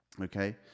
okay